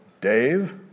Dave